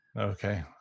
Okay